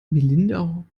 melinda